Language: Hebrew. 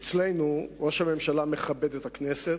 אצלנו, ראש הממשלה מכבד את הכנסת,